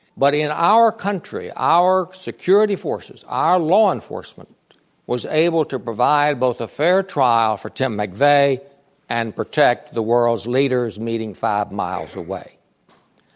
but in our country, our security forces, our law enforcement was able to provide both a fair trial for tim mcveigh and protect the world's leaders meeting five miles away.